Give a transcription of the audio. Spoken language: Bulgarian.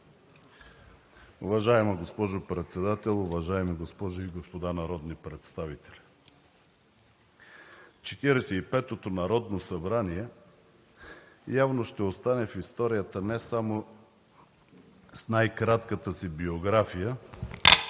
Уважаема госпожо Председател, уважаеми госпожи и господа народни представители! 45-ото народно събрание явно ще остане в историята не само с най-кратката си биография,